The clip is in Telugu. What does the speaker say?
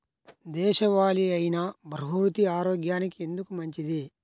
దేశవాలి అయినా బహ్రూతి ఆరోగ్యానికి ఎందుకు మంచిది?